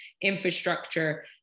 infrastructure